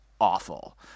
awful